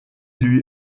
lui